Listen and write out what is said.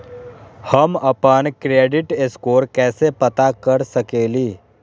हम अपन credit score कैसे पता कर सकेली?